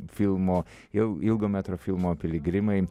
filmo jau ilgo metro filmo piligrimai